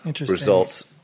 results